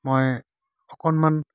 মই অকণমান